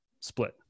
split